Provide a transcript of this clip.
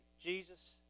Jesus